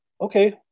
Okay